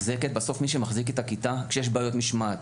בסוף מי שמחזיק את הכיתה כשיש בעיות משמעת,